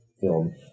film